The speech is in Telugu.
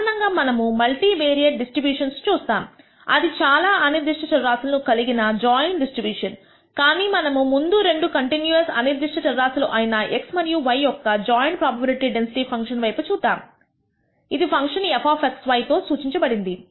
సాధారణంగా మనము మల్టీ వేరియేట్ డిస్ట్రిబ్యూషన్స్ చూస్తాము అది చాలా అనిర్దిష్ట చరరాశులు కలిగిన జాయింట్ డిస్ట్రిబ్యూషన్ కానీ మనము ముందు రెండు కంటిన్యూస్ అనిర్దిష్ట చర రాశులు అయిన x మరియు y యొక్క జాయింట్ ప్రోబబిలిటీ డెన్సిటీ ఫంక్షన్ వైపు చూద్దాము ఇది ఫంక్షన్ fxy తో సూచించబడినది